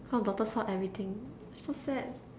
so daughter saw everything so sad